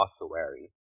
ossuary